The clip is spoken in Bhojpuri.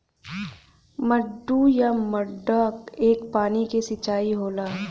मड्डू या मड्डा एक पानी क सिंचाई होला